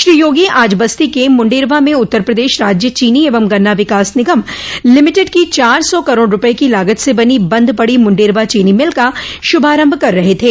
श्री योगी आज बस्ती के मुडेरवां में उत्तर प्रदेश राज्य चीनी एवं गन्ना विकास निगम लिमिटेड की चार सौ करोड़ रूपये की लागत से बनी बंद पड़ी मुंडेरवां चीनी मिल का शुभारम्भ कर रहे थे